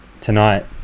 tonight